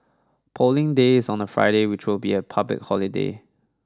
Polling Day is on a Friday which will be a public holiday